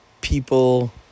people